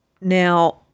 Now